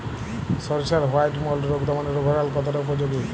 সরিষার white mould রোগ দমনে রোভরাল কতটা উপযোগী?